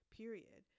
period